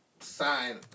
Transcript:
sign